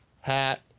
hat